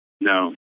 No